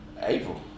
April